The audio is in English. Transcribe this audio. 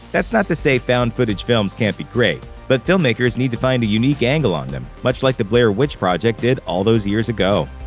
that's not to say found-footage films can't be great. but filmmakers need to find a unique angle on them, much like the blair witch project did all those years ago.